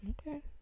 Okay